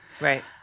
Right